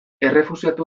errefuxiatu